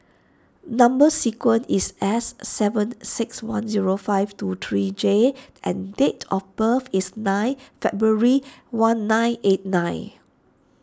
Number Sequence is S seven six one zero five two three J and date of birth is nine February one nine eight nine